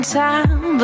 time